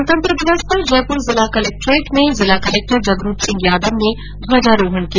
गणतंत्र दिवस पर जयपुर जिला कलेक्ट्रेट में जिला कलक्टर जगरूप सिंह यादव ने ध्वजारोहण किया